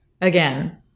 again